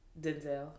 Denzel